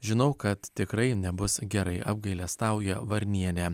žinau kad tikrai nebus gerai apgailestauja varnienė